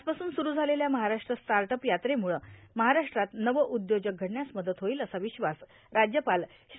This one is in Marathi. आजपासून स्रुरु झालेल्या महाराष्ट्र स्टार्ट अप यात्रेमुळं महाराष्ट्रात नवं उद्योजक घडण्यास मदत होईल असा विश्वास राज्यपाल श्री